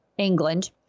England